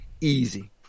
Easy